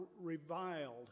reviled